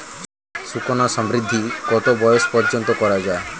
সুকন্যা সমৃদ্ধী কত বয়স পর্যন্ত করা যায়?